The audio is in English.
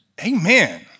amen